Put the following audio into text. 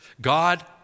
God